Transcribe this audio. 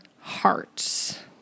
hearts